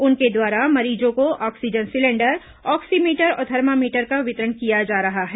उनके द्वारा मरीजों को ऑक्सीजन सिलेंडर ऑक्सीमीटर और थर्मामीटर का वितरण किया जा रहा है